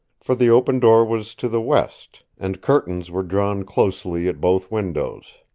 for the open door was to the west, and curtains were drawn closely at both windows.